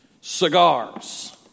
cigars